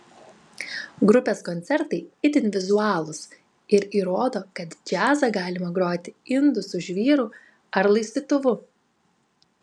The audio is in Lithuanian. grupės koncertai itin vizualūs ir įrodo kad džiazą galima groti indu su žvyru ar laistytuvu